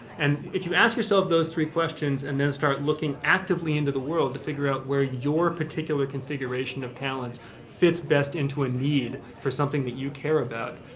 and if you ask yourself those three questions and then start looking actively into the world to figure out where your particular configuration of talents fits best into a need for something that you care about,